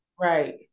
Right